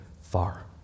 far